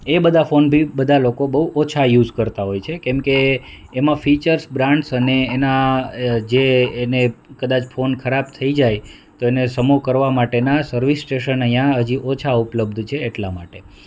એ બધા ફોન બી બધા લોકો બહુ ઓછા યુઝ કરતાં હોય છે કેમ કે એમાં ફીચર્સ બ્રાન્ડ્સ અને એના જે એને કદાચ ફોન ખરાબ થઈ જાય તો એને સમો કરવા માટે ના સર્વિસ સ્ટેશન અહીંયા હજી ઓછા ઉપલબ્ધ છે એટલા માંટે